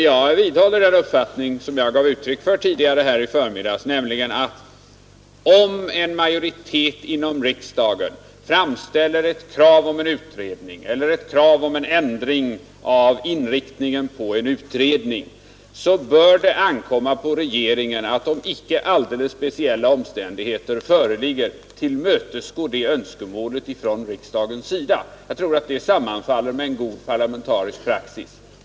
Jag vidhåller den uppfattning jag gav uttryck för i förmiddags, nämligen att om en majoritet inom riksdagen framställer ett krav om en utredning eller ett krav om en ändring av inriktningen på en utredning, bör det ankomma på regeringen att, om icke alldeles speciella omständigheter föreligger, tillmötesgå detta riksdagens önskemål. Jag tror att det sammanfaller med en god parlamentarisk praxis.